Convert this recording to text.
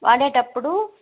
వాడేటప్పుడు